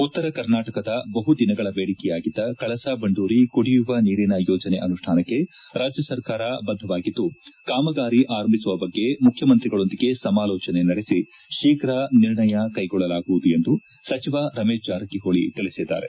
ಉತ್ತರ ಕರ್ನಾಟಕದ ಬಹು ದಿನಗಳ ಬೇಡಿಕೆಯಾಗಿದ್ದ ಕಳಸಾ ಬಂಡೂರಿ ಕುಡಿಯುವ ನೀರಿನ ಯೋಜನೆ ಅನುಷ್ಠಾನಕ್ಕೆ ರಾಜ್ಯ ಸರ್ಕಾರ ಬದ್ಧವಾಗಿದ್ದು ಕಾಮಗಾರಿ ಅರಂಭಿಸುವ ಬಗ್ಗೆ ಮುಖ್ಯಮಂತ್ರಿಗಳೊಂದಿಗೆ ಸಮಾಲೋಚನೆ ನಡೆಸಿ ಶೀಘ ನಿರ್ಣಯ ಕೈಗೊಳ್ಳಲಾಗುವುದು ಎಂದು ಸಚಿವ ರಮೇಶ ಜಾರಕಿಹೊಳಿ ತಿಳಿಸಿದ್ದಾರೆ